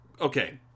okay